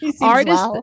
Artist